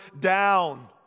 down